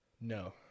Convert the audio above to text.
No